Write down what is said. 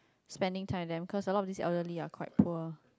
spending time with them cause a lot of these elderly are quite poor